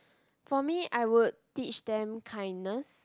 for me I would teach them kindness